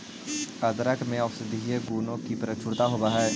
अदरक में औषधीय गुणों की प्रचुरता होवअ हई